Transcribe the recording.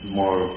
more